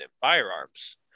firearms